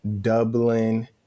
dublin